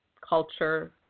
culture